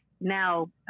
now